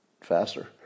faster